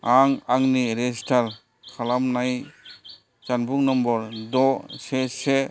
आं आंनि रेजिस्थार खालामनाय जानबुं नम्बर द' से से